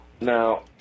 Now